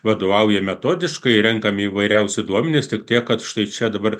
vadovauja metodiškai renkami įvairiausi duomenys tik tiek kad štai čia dabar